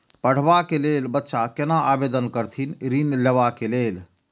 पढ़वा कै लैल बच्चा कैना आवेदन करथिन ऋण लेवा के लेल?